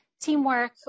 teamwork